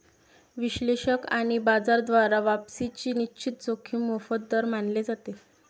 विश्लेषक आणि बाजार द्वारा वापसीची निश्चित जोखीम मोफत दर मानले जाते